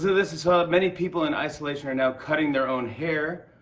this many people in isolation are now cutting their own hair,